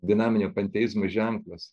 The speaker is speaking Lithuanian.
dinaminio panteizmo ženklas